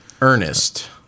Ernest